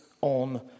on